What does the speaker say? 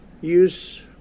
use